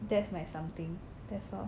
that's my something that's all